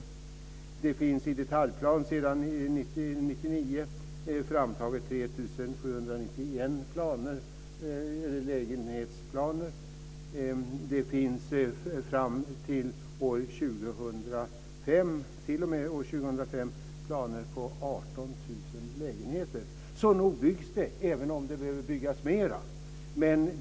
I detaljplan för 1999 finns det framtaget 3 791 lägenhetsplaner. Fram t.o.m. år 2005 finns det planer på 18 000 lägenheter. Så nog byggs det även om det behöver byggas mer.